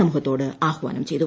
സമൂഹത്തോട് ആഹാനം ചെയ്തു